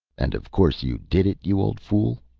and of course you did it, you old fool?